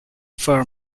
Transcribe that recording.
for